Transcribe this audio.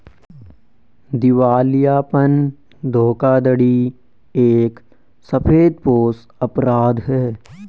दिवालियापन धोखाधड़ी एक सफेदपोश अपराध है